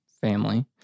family